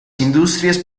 industrias